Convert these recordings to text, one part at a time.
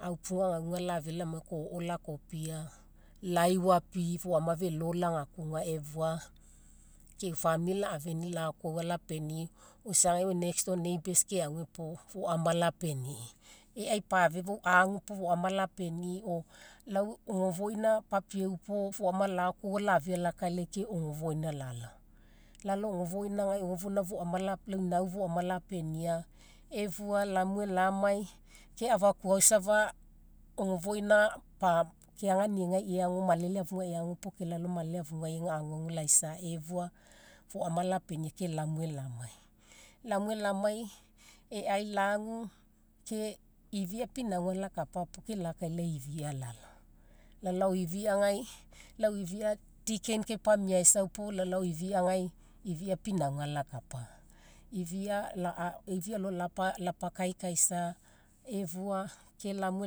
Aupuga gagauga lafia lamai kai o'o lakopia, laifapii kai foama felo lagakuga efua. ke e'u famili la'afeni lakoaua lapenii or isagai nextdoor neighbors keagu puo foama lapenii. E'a ipafe fou agu puo foama lapenii or lau ogofoina papieu puo foama lakoaua lafia lakailai ke ogofoina lalao. Lalao ogofoinagai, ogofoina lau inau foama lapenia, efua lamue lamai ke afakuau safa ogofoina keaga niegai eagu malele afugai eagu puo ke lalao malele afugai ega aguagu laisa efua foama lapenia ke lamue lamai. Lamue lamai, e'ai lagu ke ifia pinauga lakapa puo ke lakailai ifia lalao, lalao ifiagai, lau ifia deacon kepamiaisau puo lalao ifiagai ifia pinauga lakapa. Ifia ifia alo lapakaikaisa efua ke lamue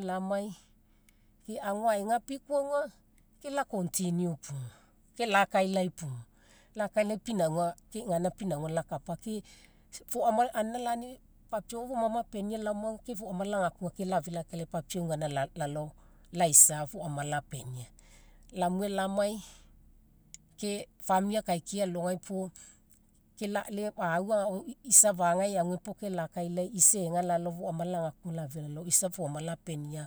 lamai ke ago ae gapi koa auga ke la continue pugu, ke lakailai pugu. Lakailai pinauga gaina pinauga lakapa, ke foama anina lani papiau ao foma mapenia laoma auga ke foma lagakuga ke lakailai papiau gaina lalao laisa foama lapenia. Lamue lamai ke famili akaikiai ealogai puo ke au agao isafaga eagu puo ke lakailai isa ega lalao foama lagakuga lalao isa foama lapenia